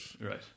Right